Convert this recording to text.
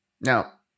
Now